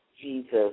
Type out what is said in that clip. Jesus